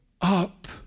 up